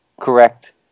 correct